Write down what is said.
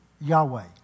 Yahweh